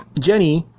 Jenny